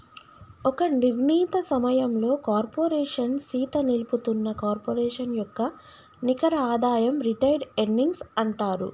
ఒక నిర్ణీత సమయంలో కార్పోరేషన్ సీత నిలుపుతున్న కార్పొరేషన్ యొక్క నికర ఆదాయం రిటైర్డ్ ఎర్నింగ్స్ అంటారు